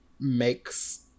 makes